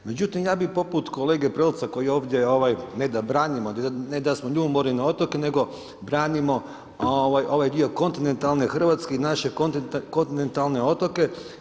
Međutim, ja bi poput kolege Prelca koji ovdje, ne da branimo, ne da smo ljubomorni na otoke, nego branimo ovaj dio kontinentalne Hrvatske, naše kontinentalne otoke.